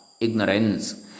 Ignorance